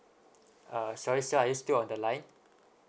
uh sorry sir are you still on the line